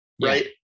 right